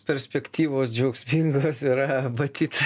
perspektyvos džiaugsmingos yra matyt